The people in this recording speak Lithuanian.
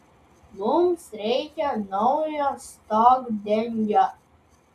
mums reikia naujo stogdengio